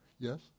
Yes